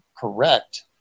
correct